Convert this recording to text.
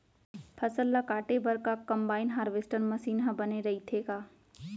फसल ल काटे बर का कंबाइन हारवेस्टर मशीन ह बने रइथे का?